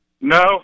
No